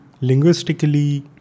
linguistically